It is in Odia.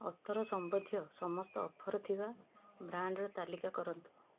ଅତର ସମ୍ବନ୍ଧୀୟ ସମସ୍ତ ଅଫର୍ ଥିବା ବ୍ରାଣ୍ଡ୍ର ତାଲିକା କରନ୍ତୁ